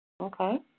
Okay